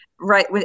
right